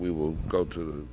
we will go to